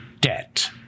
debt